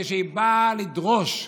כשהיא באה לדרוש,